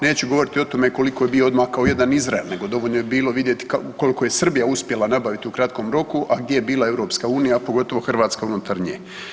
Neću govoriti o tome koliko je bio odmakao jedan Izrael, nego dovoljno je bilo vidjeti koliko je Srbija uspjela nabaviti u kratkom roku, a gdje je bila EU, pogotovo Hrvatska unutar nje.